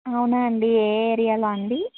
అవునా అండి ఏ ఏరియాలో అండి